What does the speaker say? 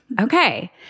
Okay